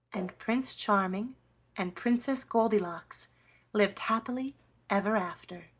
and prince charming and princess goldilocks lived happily ever after.